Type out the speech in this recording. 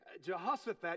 Jehoshaphat